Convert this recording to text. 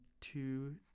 two